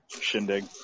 shindig